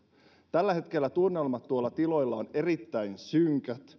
tällä hetkellä tunnelmat tiloilla ovat erittäin synkät